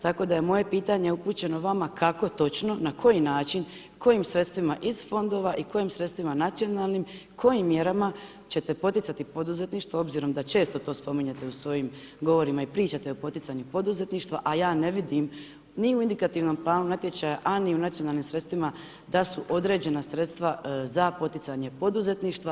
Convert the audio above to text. Tako da je moje pitanje upućeno vama kako točno, na koji način, kojim sredstvima iz fondova i kojim sredstvima nacionalnim, kojim mjerama ćete poticati poduzetništvo obzirom da često to spominjete u svojim govorima i pričate o poticanju poduzetništva, a ja ne vidim ni u indikativnom planu natječaja, a ni u nacionalnim sredstvima da su određena sredstva za poticanje poduzetništva.